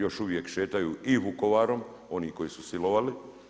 Još uvijek šetaju i Vukovarom oni koji su silovali.